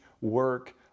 work